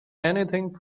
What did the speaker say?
anything